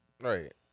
Right